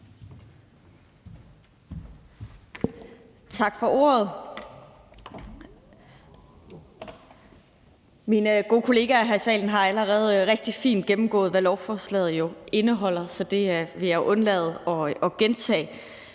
Tak for ordet. Mine gode kollegaer her i salen har allerede rigtig fint gennemgået, hvad lovforslaget indeholder, så det vil jeg undlade at gentage.